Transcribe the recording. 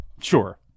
Sure